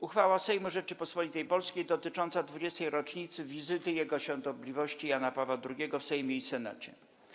Uchwała Sejmu Rzeczypospolitej Polskiej dotycząca 20. rocznicy wizyty Jego Świętobliwości Jana Pawła II w Sejmie i Senacie.